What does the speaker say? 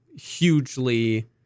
hugely